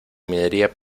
minería